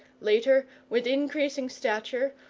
later, with increasing stature,